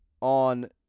on